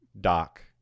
Doc